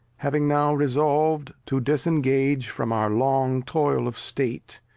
having now resolv'd to disengage from our long toil of state,